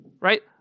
right